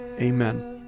Amen